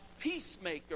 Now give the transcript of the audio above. peacemaker